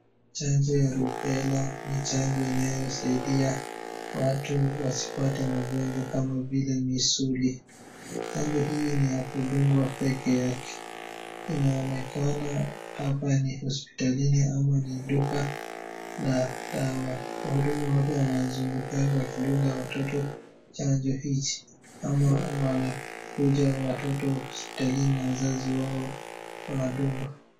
Chanjo ya rubela ni chanjo inayosaidia watu wasipate magonjwa kama vile misuli, chanjo hii ni ya kudungwa peke yake, inaonekana hapa ni hospitalini ama ni uka la dawa. Wahudumu wa afya wanazungukanga wakidunga watoto chanjo hizi ama wanakuja watoto hospitalini na wazazi wao, wanadungwa.